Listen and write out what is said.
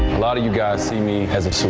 a lot of you guys see me as it so